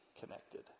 connected